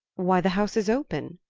why the house is open!